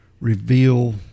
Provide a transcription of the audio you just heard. reveal